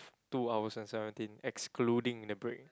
two hours and seventeen excluding the break